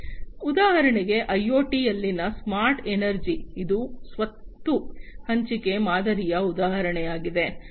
ಆದ್ದರಿಂದ ಉದಾಹರಣೆಗೆ ಐಒಟಿಯಲ್ಲಿನ ಸ್ಮಾರ್ಟ್ ಎನರ್ಜಿ ಇದು ಸ್ವತ್ತು ಹಂಚಿಕೆ ಮಾದರಿಯ ಉದಾಹರಣೆಯಾಗಿದೆ